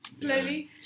Slowly